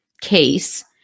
case